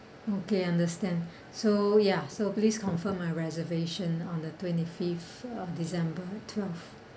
okay understand so ya so please confirmed my reservation on the twenty fifth uh december twelve